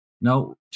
No